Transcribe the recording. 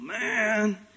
man